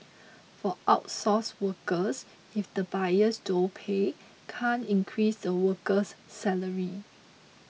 for outsourced workers if the buyers don't pay can't increase the worker's salary